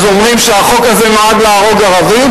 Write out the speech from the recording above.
אז אומרים שהחוק הזה נועד להרוג ערבים?